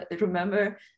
remember